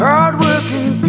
Hard-working